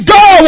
go